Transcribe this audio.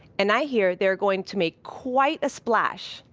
and i hear they're going to make quite a splash